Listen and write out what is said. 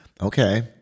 Okay